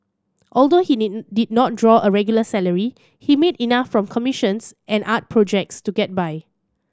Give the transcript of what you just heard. although he did did not draw a regular salary he made enough from commissions and art projects to get by